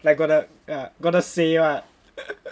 like got the got the say what